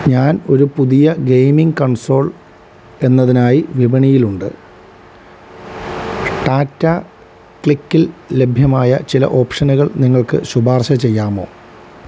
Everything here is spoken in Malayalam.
ഞാൻ ഒരു പുതിയ ഗെയിമിംഗ് കൺസോൾ എന്നതിനായി വിപണിയിലുണ്ട് ടാറ്റ ക്ലിക്കിൽ ലഭ്യമായ ചില ഓപ്ഷനുകൾ നിങ്ങൾക്ക് ശുപാർശ ചെയ്യാമോ